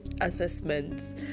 assessments